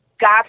god